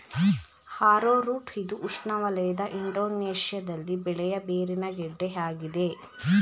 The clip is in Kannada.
ಆರೋರೂಟ್ ಇದು ಉಷ್ಣವಲಯದ ಇಂಡೋನೇಶ್ಯದಲ್ಲಿ ಬೆಳೆಯ ಬೇರಿನ ಗೆಡ್ಡೆ ಆಗಿದೆ